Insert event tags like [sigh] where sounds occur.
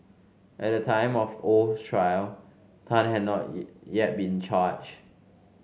at the time of oh's trial Tan had not [unintelligible] yet been charged